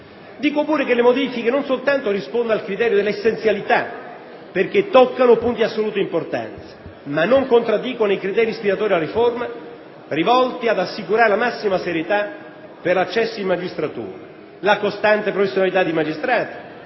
Dico pure che le modifiche non soltanto rispondono al criterio dell'essenzialità perché toccano punti di assoluta importanza, ma non contraddicono ai criteri ispiratori della riforma rivolti ad assicurare la massima serietà per l'accesso in magistratura, la costante professionalità dei magistrati